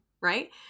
right